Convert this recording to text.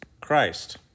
Christ